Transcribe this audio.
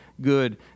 good